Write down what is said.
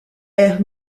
air